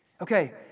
Okay